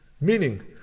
Meaning